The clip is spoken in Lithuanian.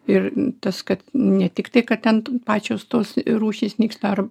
ir tas kad ne tiktai kad ten pačios tos rūšys nyksta ar